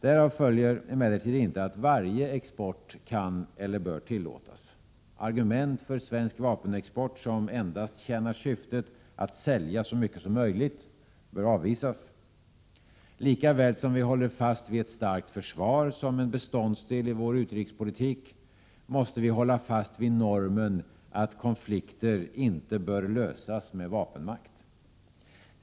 Därav följer emellertid inte att varje export kan eller bör tillåtas. Argument för svensk vapenexport som endast tjänar syftet att sälja så mycket som möjligt bör avvisas. Lika väl som vi håller fast vid ett starkt försvar som en beståndsdel i vår utrikespolitik måste vi hålla fast vid normen att konflikter inte bör lösas med vapenmakt.